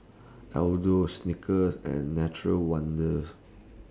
Aldo Snickers and Nature's Wonders